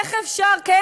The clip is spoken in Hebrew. אסרו עליו.